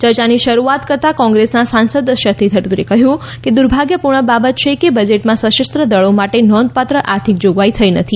ચર્ચાની શરૂઆત કરતાં કોંગ્રેસના સાંસદ શશી થરૂરે કહ્યું કે દુર્ભાગ્યપૂર્ણ બાબત છે કે બજેટમાં સશસ્ત્ર દળો માટે નોંધપાત્ર આર્થિક જોગવાઈ થઈ નથી